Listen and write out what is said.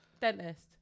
dentist